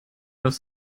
aufs